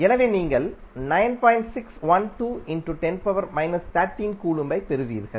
எனவே நீங்கள் கூலொம்ப்பெறுவீர்கள்